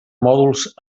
mòduls